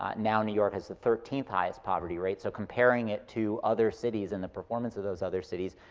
um now new york has the thirteenth highest poverty rate. so comparing it to other cities and the performance of those other cities,